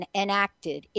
enacted